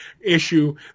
issue